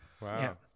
Wow